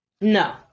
No